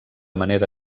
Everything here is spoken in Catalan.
manera